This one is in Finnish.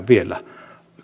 vielä